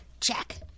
Check